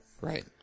Right